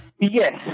Yes